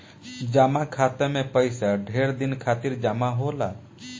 जमा खाता मे पइसा ढेर दिन खातिर जमा होला